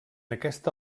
aquesta